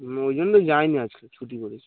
আনি ওই জন্য তই যাই নি আজকে ছুটি করে